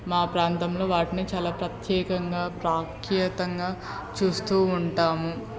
మా ప్రాంతంలో వాటిని చాలా ప్రత్యేకంగా ప్రాముఖ్యతంగా చూస్తూ ఉంటాము